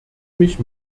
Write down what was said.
mich